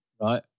Right